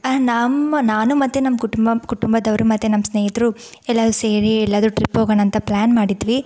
ನಮ್ಮ ನಾನು ಮತ್ತು ನಮ್ಮ ಕುಟುಂಬ ಕುಟುಂಬದವರು ಮತ್ತು ನಮ್ಮ ಸ್ನೇಹಿತರು ಎಲ್ಲರೂ ಸೇರಿ ಎಲ್ಲಾದರೂ ಟ್ರಿಪ್ ಹೋಗೋಣ ಅಂತ ಪ್ಲಾನ್ ಮಾಡಿದ್ವಿ